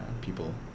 people